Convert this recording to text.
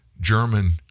German